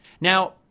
Now